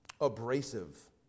abrasive